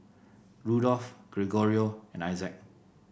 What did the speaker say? Rudolph Gregorio and Isaac